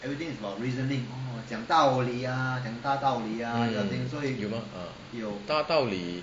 mm 有吗大道理